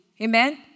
Amen